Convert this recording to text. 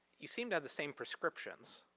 you seem to have the same prescriptions.